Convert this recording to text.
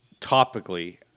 topically